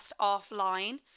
offline